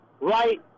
right